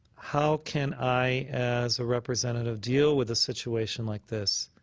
how can i, as a representative, deal with a situation like this?